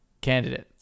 candidates